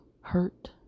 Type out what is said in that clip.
hurt